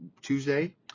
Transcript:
Tuesday